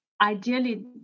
ideally